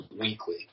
weekly